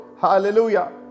hallelujah